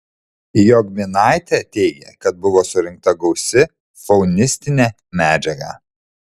jogminaitė teigė kad buvo surinkta gausi faunistinė medžiaga